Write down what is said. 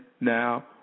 now